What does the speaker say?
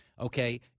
okay